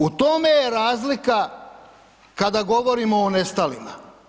U tome je razlika kada govorimo o nestalima.